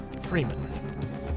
Freeman